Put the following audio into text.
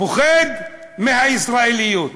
פוחד מהישראליות.